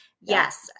Yes